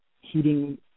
heating